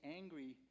angry